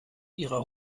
ihrer